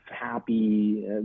happy